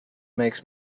makes